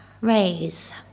raise